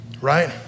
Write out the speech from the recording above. right